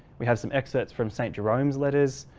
we have some excerpts from st. jerome's letters.